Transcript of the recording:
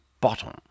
bottom